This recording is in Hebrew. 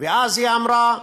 ואז היא אמרה,